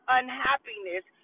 unhappiness